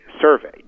survey